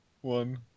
one